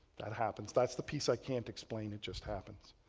that happens that's the piece i can't explain, it just happens.